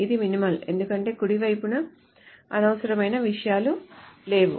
ఇది మినిమల్ ఎందుకంటే కుడి వైపున అనవసరమైన విషయాలు లేవు